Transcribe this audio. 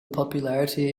popularity